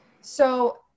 So-